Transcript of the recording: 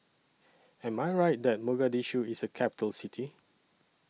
Am I Right that Mogadishu IS A Capital City